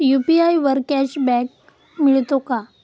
UPI वर cashback मिळतो का?